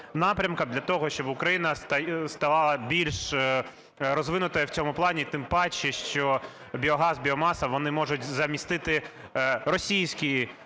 напрямкам для того, щоб Україна ставала більш розвинутою в цьому плані, тим паче, що біогаз, біомаса, вони можуть замістити російський